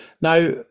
now